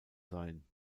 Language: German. sein